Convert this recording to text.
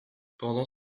pendant